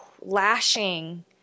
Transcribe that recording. lashing